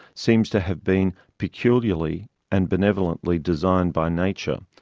seems to have been peculiarly and benevolently designed by nature,